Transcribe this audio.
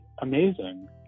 amazing